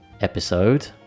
episode